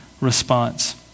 response